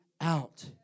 out